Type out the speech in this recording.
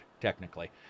technically